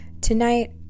tonight